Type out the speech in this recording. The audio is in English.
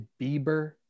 Bieber